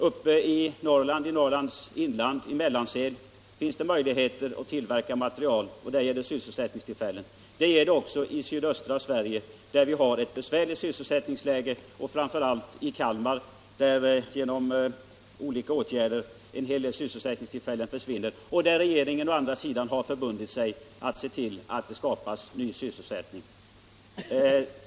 Uppe i Norrlands inland, i Mellansel, finns det möjligheter att tillverka material, och det skulle skapa sysselsättningstillfällen. Detsamma gäller sydöstra Sverige, där vi har ett besvärligt sysselsättningsläge, framför allt i Kalmar där genom olika åtgärder en hel del sysselsättningstillfällen försvinner och där regeringen å andra sidan har förbundit sig att se till att det skapas ny sysselsättning.